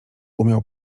umiał